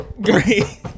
Great